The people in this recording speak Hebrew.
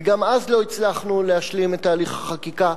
וגם אז לא הצלחנו להשלים את תהליך החקיקה.